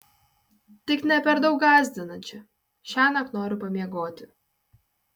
tik ne per daug gąsdinančią šiąnakt noriu pamiegoti